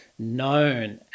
known